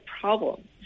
problem